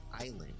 island